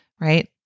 right